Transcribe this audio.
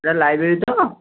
ଏଇଟା ଲାଇବ୍ରେରୀ ତ